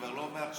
כבר לא מעכשיו.